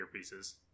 earpieces